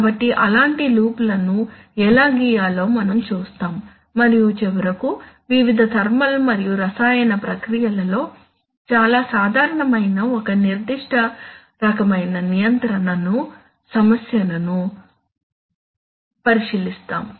కాబట్టి అలాంటి లూప్ లను ఎలా గీయాలో మనం చూస్తాము మరియు చివరకు వివిధ థర్మల్ మరియు రసాయన ప్రక్రియలలో చాలా సాధారణమైన ఒక నిర్దిష్ట రకమైన నియంత్రణ సమస్యను పరిశీలిస్తాము